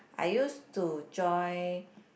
I used to join